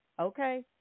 okay